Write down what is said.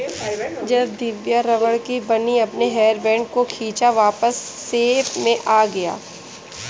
जब दिव्या रबड़ की बनी अपने हेयर बैंड को खींचा वापस शेप में आ गया